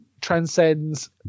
transcends